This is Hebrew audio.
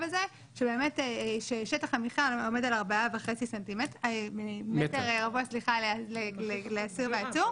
הזה ששטח המחיה עומד על ארבעה וחצי מטר מרובע לאסיר ועצור.